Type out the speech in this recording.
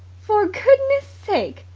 for goodness' sake,